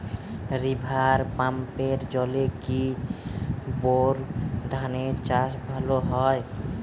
River পাম্পের জলে কি বোর ধানের চাষ ভালো হয়?